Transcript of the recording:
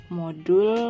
modul